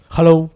Hello